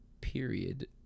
period